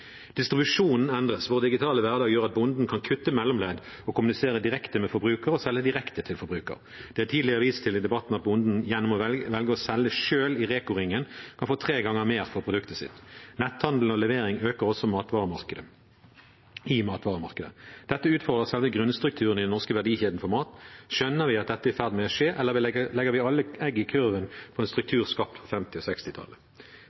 Distribusjonen endres. Vår digitale hverdag gjør at bonden kan kutte mellomledd og kommunisere direkte med forbruker og selge direkte til forbruker. Det er tidligere vist til i debatten at bonden gjennom å velge å selge selv i REKO-ringen, kan få tre ganger mer for produktet sitt. Netthandel og levering øker også i matvaremarkedet. Dette utfordrer selve grunnstrukturen i den norske verdikjeden for mat. Skjønner vi at dette er i ferd med å skje, eller legger vi alle egg i kurven på en